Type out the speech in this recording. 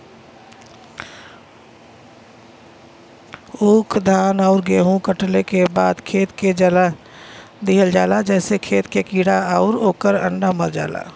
ऊख, धान आउर गेंहू कटले के बाद खेत के जला दिहल जाला जेसे खेत के कीड़ा आउर ओकर अंडा मर जाला